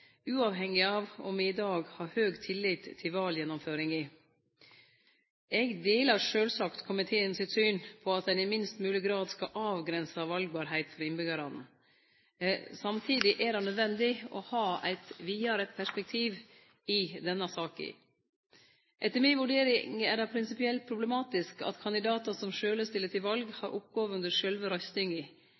uavhengig av om me i dag har stor tillit til valgjennomføringa. Eg deler sjølvsagt komiteen sitt syn på at ein i minst mogleg grad skal avgrense valbarheit for innbyggjarane. Samtidig er det nødvendig å ha eit vidare perspektiv i denne saka. Etter mi vurdering er det prinsipielt problematisk at kandidatar som sjølve stiller til val, har oppgåver under sjølve røystinga.